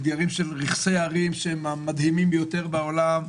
אתגרים של רכסי הרים שהם מן המדהימים ביותר בעולם,